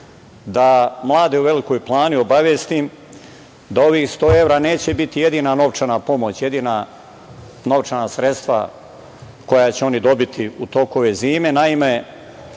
da mlade u Velikoj Plani obavestim da ovih 100 evra neće biti jedina novčana pomoć, jedina novčana sredstva koja će oni dobiti u toku ove zime.